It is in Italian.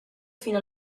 fino